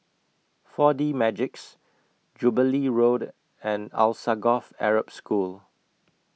four D Magix Jubilee Road and Alsagoff Arab School